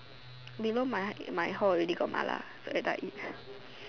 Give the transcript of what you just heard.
below my my hall already got mala later I eat